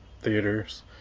theaters